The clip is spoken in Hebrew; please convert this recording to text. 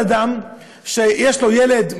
נחשוב על אדם שיש לו ילד,